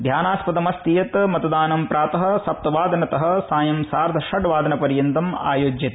ध्यानास्पदमस्ति यत् मतदानं प्रातः सप्तवादनतः सायं सार्ध षड्वादन पर्यन्तम् आयोज्यते